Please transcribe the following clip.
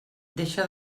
deixa